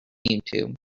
youtube